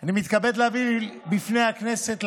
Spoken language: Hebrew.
אני מתכבד להביא בפני הכנסת,